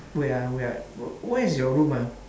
wait ah wait ah w~ where is your room ah